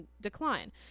decline